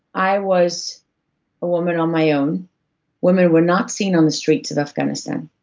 i was a woman on my own women were not seen on the streets of afghanistan,